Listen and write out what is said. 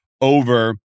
over